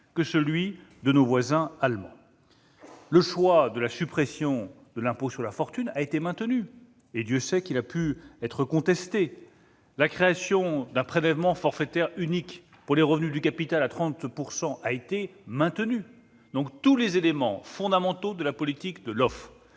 que celui de nos voisins allemands. Le choix de la suppression de l'impôt sur la fortune, l'ISF, a été maintenu et Dieu sait qu'il a pu être contesté ! La création d'un prélèvement forfaitaire unique pour les revenus du capital à 30 % a été maintenue. Tous les éléments fondamentaux de la politique de l'offre-